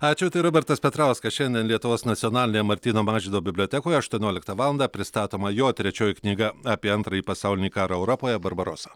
ačiū tai robertas petrauskas šiandien lietuvos nacionalinėje martyno mažvydo bibliotekoje aštuonioliktą valandą pristatoma jo trečioji knyga apie antrąjį pasaulinį karą europoje barbarosa